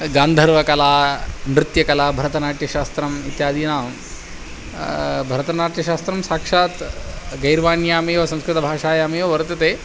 गान्धर्वकला नृत्यकला भरतनाट्यशास्त्रम् इत्यादीनां भरतनाट्यशास्त्रं साक्षात् गीर्वाण्यामेव संस्कृतभाषायामेव वर्तते